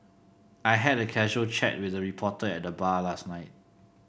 I had a casual chat with a reporter at the bar last night